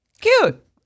Cute